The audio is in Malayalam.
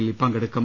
കളിൽ പങ്കെടുക്കും